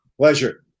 Pleasure